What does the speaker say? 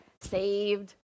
saved